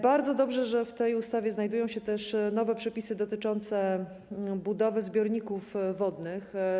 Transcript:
Bardzo dobrze, że w tej ustawie znajdują się też nowe przepisy dotyczące budowy zbiorników wodnych.